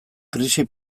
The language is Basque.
krisi